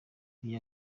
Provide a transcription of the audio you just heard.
uyu